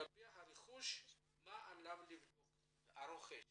מה הרוכש